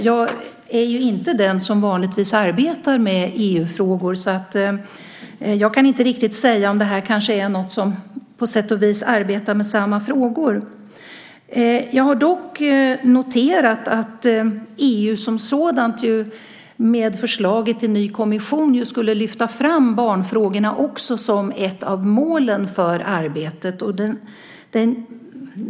Jag är inte den som vanligtvis arbetar med EU-frågor så jag kan inte riktigt säga om den gruppen kanske är något som på sätt och vis arbetar med samma frågor. Jag har dock noterat att EU som sådant med förslaget till ny kommission också skulle lyfta fram barnfrågorna som ett av målen för arbetet.